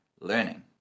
learning